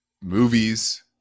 Movies